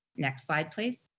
next slide, please.